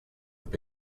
have